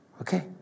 Okay